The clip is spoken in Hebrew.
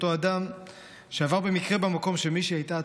אותו אדם שעבר במקרה במקום כשמישהי הייתה,